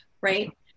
right